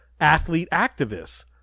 athlete-activists